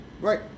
right